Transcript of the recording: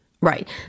Right